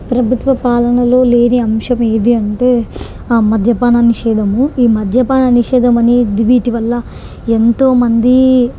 ప్రభుత్వ పాలనలో లేని అంశం ఏది అంటే ఆ మద్యపాన నిషేధము ఈ మద్యపాన నిషేధం అనేది వీటివల్ల ఎంతోమంది